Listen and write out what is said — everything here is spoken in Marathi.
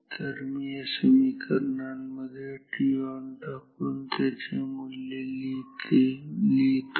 तर मी या समीकरणांमध्ये ton टाकून याचे मूल्य लिहितो